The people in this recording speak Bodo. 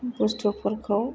बुस्थुफोरखौ